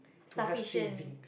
sufficient